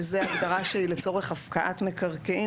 שזה הגדרה שהיא לצורך הפקעת מקרקעין